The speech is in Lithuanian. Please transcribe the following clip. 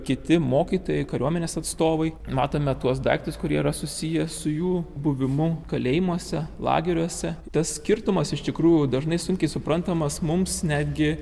kiti mokytojai kariuomenės atstovai matome tuos daiktus kurie yra susiję su jų buvimu kalėjimuose lageriuose tas skirtumas iš tikrųjų dažnai sunkiai suprantamas mums netgi